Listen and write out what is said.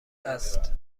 است